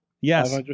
Yes